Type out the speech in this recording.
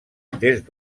des